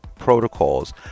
protocols